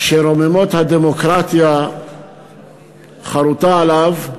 שרוממות הדמוקרטיה חרותה עליו,